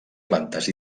plantes